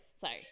sorry